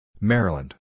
Maryland